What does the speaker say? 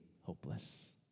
hopeless